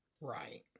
Right